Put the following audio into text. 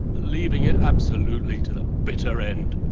believing it absolutely to the bitter end.